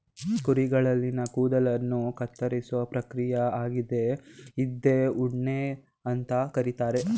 ಕುರಿಗಳಲ್ಲಿನ ಕೂದಲುಗಳನ್ನ ಕತ್ತರಿಸೋ ಪ್ರಕ್ರಿಯೆ ಆಗಿದೆ ಇದ್ನ ಉಣ್ಣೆ ಅಂತ ಕರೀತಾರೆ